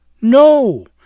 No